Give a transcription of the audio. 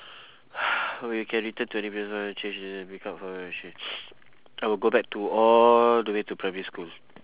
if you can return to any previous point in your life change pick up what will you change I will go back to all the way to primary school